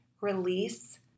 release